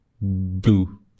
Blue